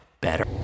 better